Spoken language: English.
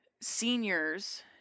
seniors